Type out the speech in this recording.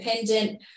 independent